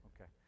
Okay